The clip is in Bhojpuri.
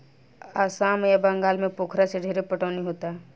आसाम आ बंगाल में पोखरा से ढेरे पटवनी होता